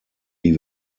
die